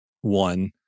one